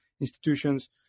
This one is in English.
institutions